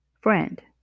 friend